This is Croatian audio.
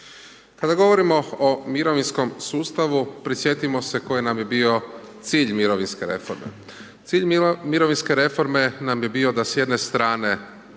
Kada govorimo o mirovinskom sustavu, prisjetimo se koji nam je bio cilj mirovinske reforme. Cilj mirovinske reforme nam bi bio da s jedne strane